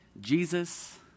Jesus